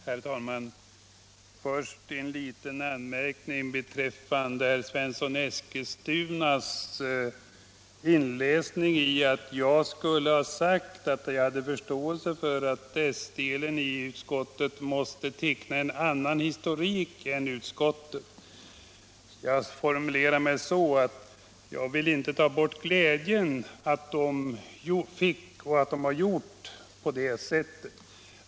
Herr talman! Först en liten anmärkning. Herr Svensson i Eskilstuna vill läsa in i mitt yttrande att jag skulle ha sagt att jag hade förståelse för att s-delen i utskottet måste teckna en annan historik än utskottsmajoriteten. Jag formulerade mig så, att jag vill inte ta bort glädjen för socialdemokraterna av att ha gjort på det sättet.